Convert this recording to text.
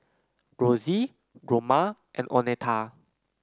Rosy Roma and Oneta